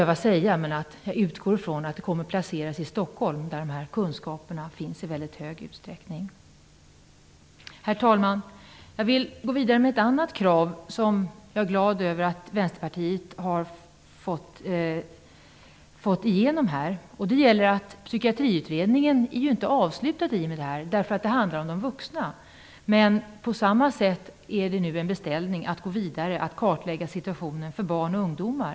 Jag utgår från att Institutet mot tortyr kommer att placeras i Stockholm, där kunskaperna finns i väldigt hög utsträckning. Jag vill nämna ett annat krav som jag är glad över att Vänsterpartiet har fått igenom, det är -- Psykiatriutredningen är ju inte avslutad i och med det här som handlar om vuxna -- att det nu görs en beställning om att gå vidare och kartlägga situationen för barn och ungdomar.